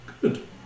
Good